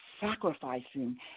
sacrificing